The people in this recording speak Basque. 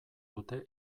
dute